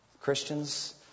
Christians